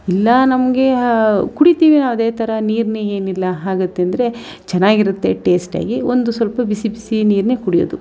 ಇಲ್ಲ ನಮಗೆ ಕುಡಿತೀವಿ ಅದೇ ಥರ ನೀರನ್ನ ಏನಿಲ್ಲ ಆಗುತ್ತಂದ್ರೆ ಚೆನ್ನಾಗಿರುತ್ತೆ ಟೇಸ್ಟಾಗಿ ಒಂದು ಸ್ವಲ್ಪ ಬಿಸಿ ಬಿಸಿ ನೀರನ್ನೇ ಕುಡಿಯೋದು